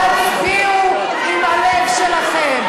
תצביעו עם הלב שלכם.